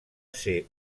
ser